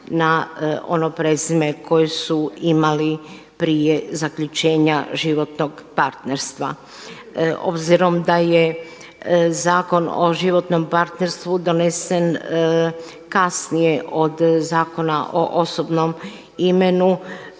na ono prezime koje su imali prije zaključenja životnog partnerstva. Obzirom da je Zakon o životnom partnerstvu donesen kasnije od Zakona o osobnom imenu,